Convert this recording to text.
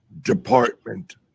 department